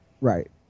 right